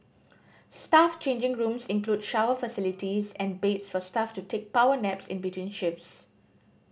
staff changing rooms include shower facilities and beds for staff to take power naps in between shifts